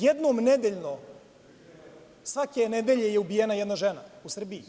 Jednom nedeljno, svake nedelje je ubijena jedna žena u Srbiji.